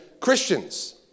Christians